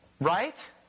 Right